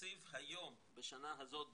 התקציב היום, בשנה הזאת בינתיים,